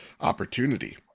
opportunity